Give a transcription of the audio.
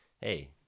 hey